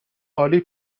عالی